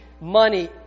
money